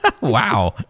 Wow